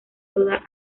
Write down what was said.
toda